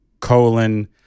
colon